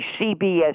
CBS